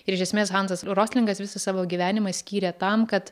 iš esmės hansas roslingas visą savo gyvenimą skyrė tam kad